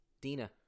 Dina